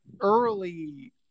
early